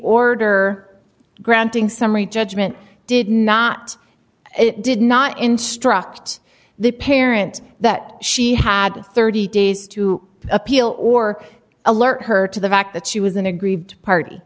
order granting summary judgment did not it did not instruct the parent that she had thirty days to appeal or alert her to the fact that she was an aggrieved party